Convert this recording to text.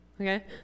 okay